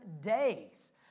days